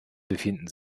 befinden